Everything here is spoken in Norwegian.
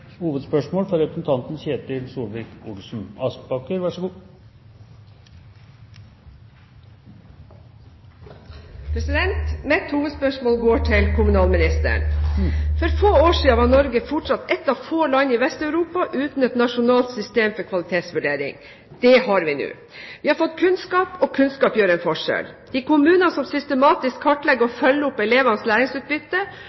Mitt hovedspørsmål går til kommunalministeren. For få år siden var Norge fortsatt ett av få land i Vest-Europa uten et nasjonalt system for kvalitetsvurdering. Det har vi nå. Vi har fått kunnskap, og kunnskap gjør en forskjell. Kommuner som systematisk kartlegger og følger opp elevenes læringsutbytte, lykkes også i å